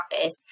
office